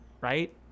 right